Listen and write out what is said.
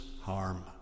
harm